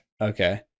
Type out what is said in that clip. Okay